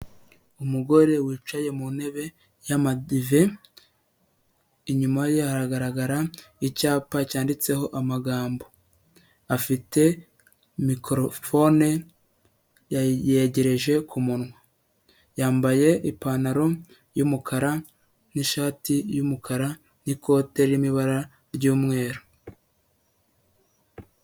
Umugore wicaye mu ntebe y'amadive, inyuma ye hagaragara icyapa cyanditseho amagambo, afite mikorofone yayegereje ku munwa, yambaye ipantaro y'umukara n'ishati y'umukara n'ikote ririmo ibara ry'umweru.